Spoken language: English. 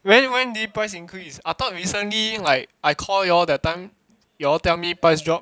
when when did price increase I thought recently like I call you all that time you all tell me price drop